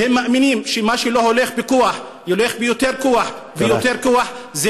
והם מאמינים שמה שלא הולך בכוח הולך ביותר כוח ויותר כוח.